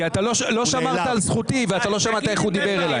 כי אתה לא שמרת על זכותי ואתה לא שמעת איך הוא דיבר אליי.